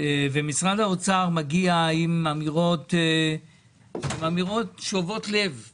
האמירות האלה הן במידה ואתה מתעלם מהתוכניות הקיימות.